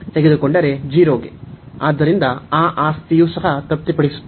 ಆದ್ದರಿಂದ ಆ ವರ್ತನೆಯೂ ಸಹ ತೃಪ್ತಿಪಡಿಸುತ್ತದೆ